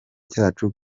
cyacu